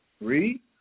Read